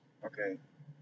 okay